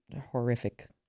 horrific